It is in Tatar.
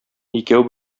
икәү